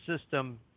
system